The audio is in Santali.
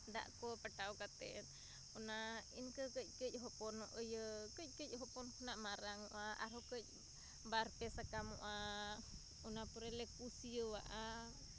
ᱫᱟᱜᱠᱚ ᱯᱟᱴᱟᱣ ᱠᱟᱛᱮᱫ ᱚᱱᱟ ᱤᱱᱠᱟᱹ ᱠᱟᱹᱡᱼᱠᱟᱹᱡ ᱦᱚᱯᱚᱱ ᱤᱭᱟᱹ ᱠᱟᱹᱡᱼᱠᱟᱹᱡ ᱦᱚᱯᱚᱱ ᱠᱷᱚᱱᱟᱜ ᱢᱟᱨᱟᱝᱚᱜᱼᱟ ᱟᱨᱦᱚᱸ ᱠᱟᱹᱡ ᱵᱟᱨᱼᱯᱮ ᱥᱟᱠᱟᱢᱚᱜᱼᱟ ᱚᱱᱟ ᱯᱚᱨᱮᱞᱮ ᱠᱩᱥᱭᱟᱹᱣᱟᱜᱼᱟ